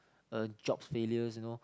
uh job failure you know